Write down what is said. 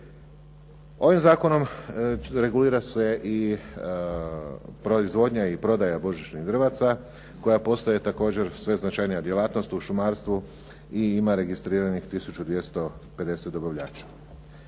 Ovim zakonom regulira se proizvodnja i prodaja božićnih drvaca koja postaje također sve značajnija djelatnost u šumarstvu ima registriranih tisuću 250 dobavljača.